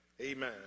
Amen